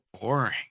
boring